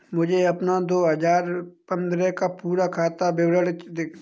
मुझे अपना दो हजार पन्द्रह का पूरा खाता विवरण दिखाएँ?